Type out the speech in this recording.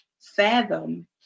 fathom